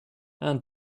and